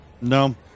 no